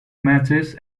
matches